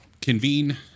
convene